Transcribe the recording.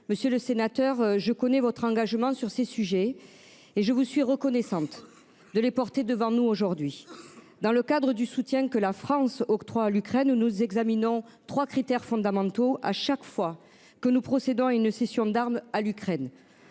Monsieur le sénateur, je connais votre engagement sur ces sujets et vous suis reconnaissante de les évoquer devant nous aujourd'hui. Dans le cadre du soutien que la France octroie à l'Ukraine, nous examinons trois critères fondamentaux à chaque fois que nous procédons à une cession d'armes à ce pays.